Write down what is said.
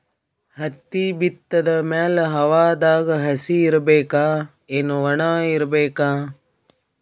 ಹತ್ತಿ ಬಿತ್ತದ ಮ್ಯಾಲ ಹವಾದಾಗ ಹಸಿ ಇರಬೇಕಾ, ಏನ್ ಒಣಇರಬೇಕ?